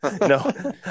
no